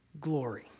glory